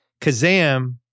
Kazam